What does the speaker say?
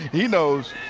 he knows.